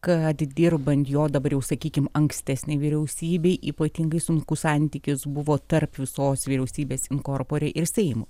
kad dirbant jo dabar jau sakykim ankstesnei vyriausybei ypatingai sunkus santykis buvo tarp visos vyriausybės in corpore ir seimo